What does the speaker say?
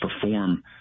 perform